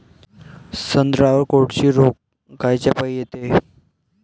संत्र्यावर कोळशी रोग कायच्यापाई येते?